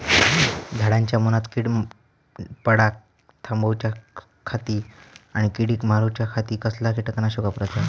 झाडांच्या मूनात कीड पडाप थामाउच्या खाती आणि किडीक मारूच्याखाती कसला किटकनाशक वापराचा?